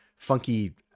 Funky